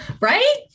Right